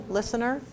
listener